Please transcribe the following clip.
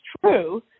true